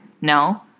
No